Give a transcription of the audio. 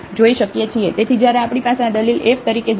તેથી જ્યારે આપણી પાસે આ દલીલ અહીં f તરીકે 0 માં છે